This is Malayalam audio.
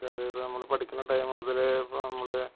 തതേതി നമ്മൾ പഠിയ്ക്കണ ടൈം മുതലേ ഇപ്പം നമ്മൾ